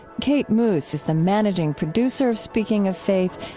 kate moos is the managing producer of speaking of faith.